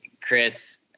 Chris